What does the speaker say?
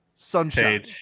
Sunshine